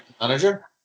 manager